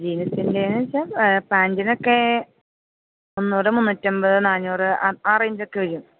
ജീൻസിൻ്റെ എന്നു വച്ചാൽ പാൻ്റിനൊക്കെ മുന്നൂറ് മുന്നൂറ്റി അമ്പത് നാനൂറ് ആ ആ റേഞ്ചൊക്ക വരും